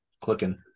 clicking